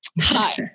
Hi